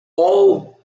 all